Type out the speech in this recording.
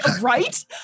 Right